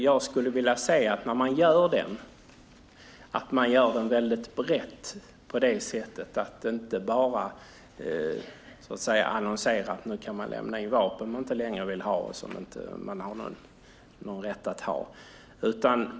När den görs skulle jag vilja se att den görs brett, så att det inte bara annonseras om att det går att lämna in vapen som man inte längre vill ha och som man inte har någon rätt att ha.